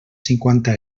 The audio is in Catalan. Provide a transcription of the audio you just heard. cinquanta